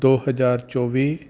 ਦੋ ਹਜ਼ਾਰ ਚੌਵੀ